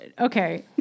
Okay